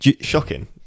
shocking